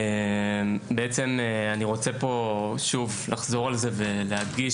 בעצם אני רוצה שוב לחזור על זה ולהדגיש